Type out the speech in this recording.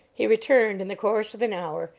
he returned in the course of an hour,